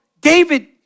David